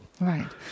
Right